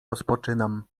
rozpoczynam